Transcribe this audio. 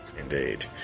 Indeed